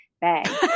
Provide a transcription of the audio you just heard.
bag